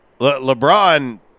LeBron